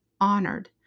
honored